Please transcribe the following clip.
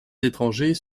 étrangers